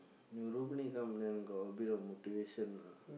your come then got a bit of motivation lah